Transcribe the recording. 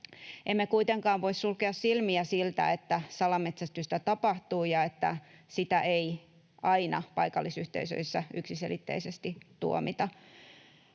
Emme kuitenkaan voi sulkea silmiä siltä, että salametsästystä tapahtuu ja että sitä ei aina paikallisyhteisöissä yksiselitteisesti tuomita.